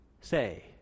say